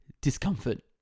Discomfort